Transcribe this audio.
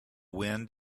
wind